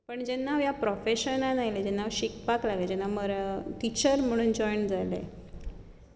पण जेन्ना हांव ह्या प्रोेफेशनांत आयलें जेन्ना हांव शिकपाक लागलें टीचर म्हण जॉयन जालें